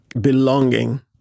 belonging